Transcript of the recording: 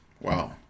Wow